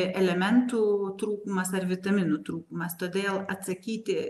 elementų trūkumas ar vitaminų trūkumas todėl atsakyti